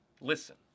Listen